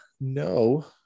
no